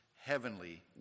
heavenly